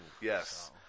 Yes